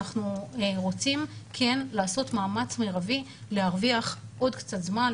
אנחנו רוצים לעשות מאמץ מרבי להרוויח עוד קצת זמן.